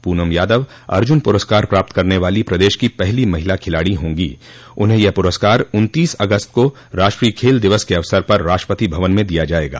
पूनम यादव अर्जुन पुरस्कार प्राप्त करने वाली प्रदेश की पहली महिला खिलाड़ी होंगी उन्हें यह प्रस्कार उन्तीस अगस्त को राष्ट्रीय खेल दिवस के अवसर पर राष्ट्रपति भवन में दिया जायेगा